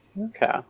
Okay